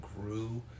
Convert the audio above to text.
grew